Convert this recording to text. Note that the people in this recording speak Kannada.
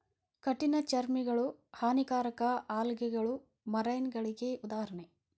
ಕಠಿಣ ಚರ್ಮಿಗಳು, ಹಾನಿಕಾರಕ ಆಲ್ಗೆಗಳು ಮರೈನಗಳಿಗೆ ಉದಾಹರಣೆ